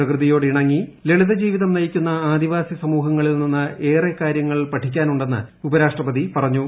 പ്രകൃതിയോടിണങ്ങി ലളിത ജീവിതം നയിക്കുന്ന ആദിവാസി സമൂഹങ്ങളിൽ നിന്ന് ഏറെ കാര്യങ്ങൾ പഠിക്കാനുണ്ടെന്ന് ഉപരാഷ്ട്രപതി പറഞ്ഞു